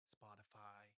Spotify